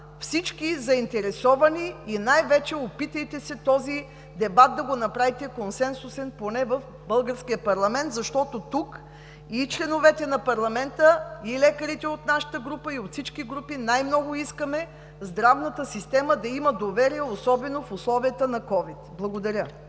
всички заинтересовани. И най-вече – опитайте се този дебат да го направите консенсусен поне в българския парламент, защото тук и членовете на парламента, и лекарите от нашата група и от всички групи най-много искаме в здравната система да има доверие, особено в условията на СOVID-19. Благодаря.